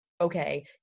okay